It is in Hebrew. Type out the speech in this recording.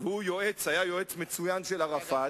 והיה יועץ מצוין של ערפאת.